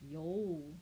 有